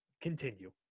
Continue